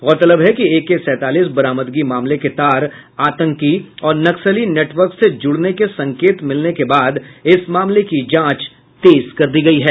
गौरतलब है कि एके सैंतालिस बरामदगी मामले के तार आंतकी और नक्सली नेटवर्क से जुड़ने के संकेत मिलने के बाद इस मामले की जांच तेज कर दी गई हैं